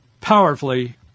powerfully